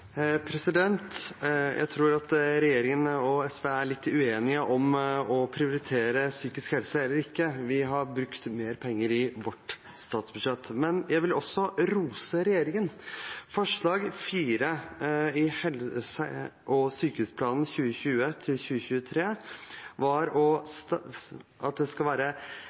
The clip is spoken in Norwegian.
litt uenige når det gjelder å prioritere psykisk helse eller ikke. Vi har brukt mer penger i vårt forslag til statsbudsjett. Men jeg vil også rose regjeringen. Forslag 4 i helse- og sykehusplanen 2020–2023 var at det skal være lettere å sperre av barnas journal, slik at